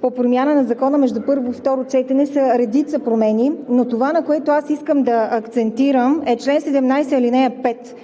по промяна на Закона между първо и второ четене, са редица промени, но това, на което аз искам да акцентирам, е чл. 17, ал. 5.